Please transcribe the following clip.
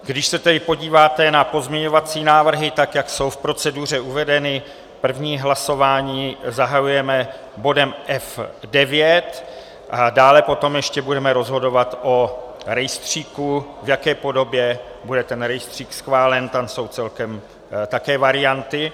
Když se tedy podíváte na pozměňovací návrhy, tak jak jsou v proceduře uvedeny, první hlasování zahajujeme bodem F9, dále potom ještě budeme rozhodovat o rejstříku, v jaké podobě bude ten rejstřík schválen, tam jsou celkem také varianty.